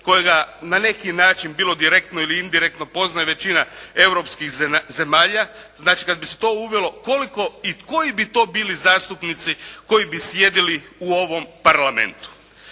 kojega na neki način bilo direktno ili indirektno poznaje većina europskih zemalja, znači kad bi se to uvelo koliko i koji bi to bili zastupnici koji bi sjedili u ovom parlamentu.